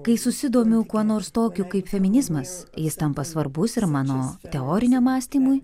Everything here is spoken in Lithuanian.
kai susidomiu kuo nors tokiu kaip feminizmas jis tampa svarbus ir mano teoriniam mąstymui